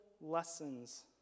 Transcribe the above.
lessons